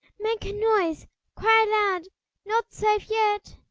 make a noise cry loud not safe yet!